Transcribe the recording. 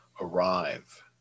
arrive